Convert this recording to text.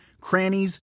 crannies